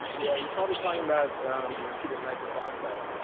yeah, you're probably talking about the receipt of nitrous oxide.